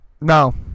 no